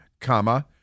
comma